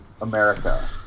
America